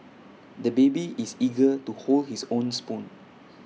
the baby is eager to hold his own spoon